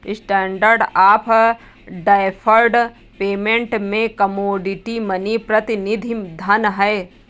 standard of deferred payment में commodity money प्रतिनिधि धन हैं